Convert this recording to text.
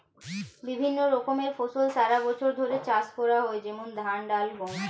বিভিন্ন রকমের ফসল সারা বছর ধরে চাষ করা হয়, যেমন ধান, ডাল, গম